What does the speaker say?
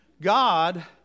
God